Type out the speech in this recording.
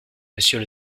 monsieur